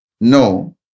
No